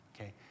Okay